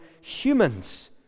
humans